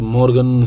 Morgan